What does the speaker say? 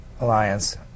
Alliance